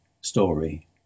story